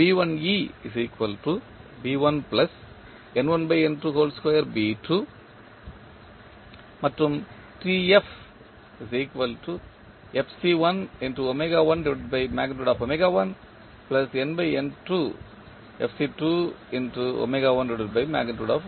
எனவே and